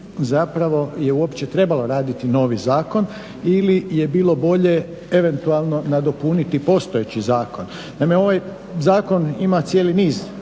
zapravo je uopće trebalo raditi novi zakon ili je bilo bolje eventualno nadopuniti postojeći zakon. Naime, ovaj zakon ima cijeli niz